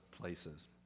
places